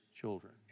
children